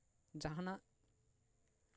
ᱡᱟᱦᱟᱱᱟᱜ